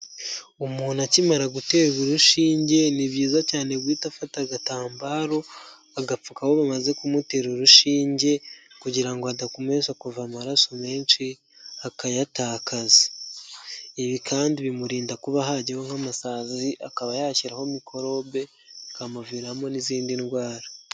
Umuntu akimara guterwa urushinge, ni byiza cyane guhita afata agatambaro, agapfuka aho bamaze kumutera urushinge, kugira ngo adakomeza kuva amaraso menshi, akayatakaza. Ibi kandi bimurinda kuba hajyaho nk'amasazi, akaba yashyiraho mikorobe, bikamuviramo n'izindi ndwara.